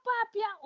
Papia